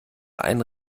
einen